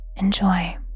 Enjoy